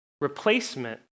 Replacement